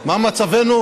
מה מצבנו?